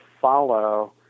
follow